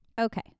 okay